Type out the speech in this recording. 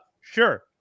sure